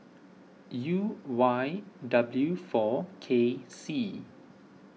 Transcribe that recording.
U Y W four K C